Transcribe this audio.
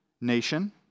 nation